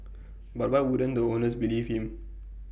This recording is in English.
but why wouldn't the owners believe him